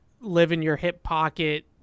live-in-your-hip-pocket